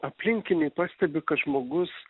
aplinkiniai pastebi kad žmogus